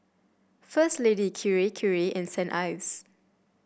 First Lady Kirei Kirei and Saint Ives